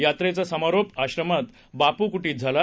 यात्रेचा समारोप आश्रमात बापू कुर्चीत झाला